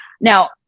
Now